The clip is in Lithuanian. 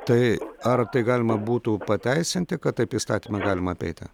tai ar tai galima būtų pateisinti kad taip įstatymą galima apeiti